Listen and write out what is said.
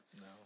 No